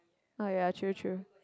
oh ya true true